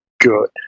good